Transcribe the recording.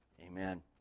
amen